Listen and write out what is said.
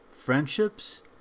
Friendships